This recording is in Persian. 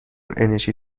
انرژی